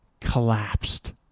collapsed